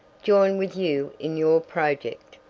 join with you in your project.